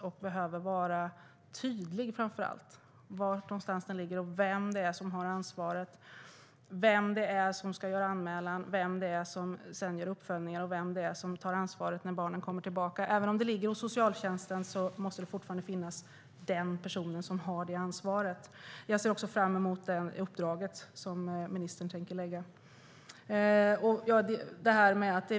Det behöver framför allt vara tydligt var ansvaret ligger, vem det är som har ansvaret, vem det är som ska göra anmälan, vem det är som sedan gör uppföljningar och vem det är som tar ansvaret när barnen kommer tillbaka. Även om det ligger hos socialtjänsten måste det fortfarande vara denna person som har det ansvaret. Jag ser också fram emot det uppdrag som ministern tänker ge.